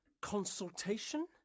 consultation